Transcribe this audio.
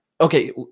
okay